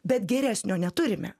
bet geresnio neturime